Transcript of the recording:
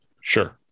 Sure